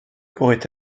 pourraient